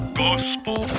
gospel